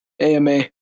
AMA